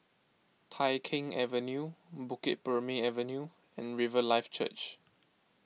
Tai Keng Avenue Bukit Purmei Avenue and Riverlife Church